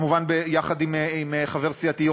כמובן יחד עם חבר סיעתי,